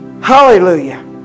Hallelujah